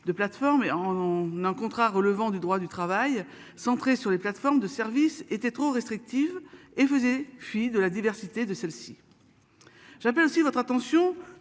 de plateforme et on en comptera relevant du droit du travail centré sur les plateformes de service était trop restrictive et vous et fi de la diversité de celle-ci. J'appelle aussi votre attention